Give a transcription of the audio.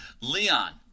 Leon